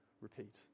repeat